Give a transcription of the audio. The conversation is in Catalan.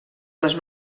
les